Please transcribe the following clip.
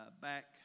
back